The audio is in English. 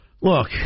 look